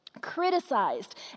criticized